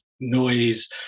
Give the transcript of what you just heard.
noise